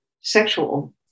sexual